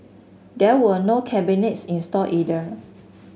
there were no cabinets installed either